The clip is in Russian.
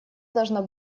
должна